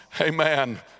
Amen